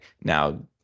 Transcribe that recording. now